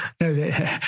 No